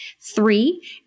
Three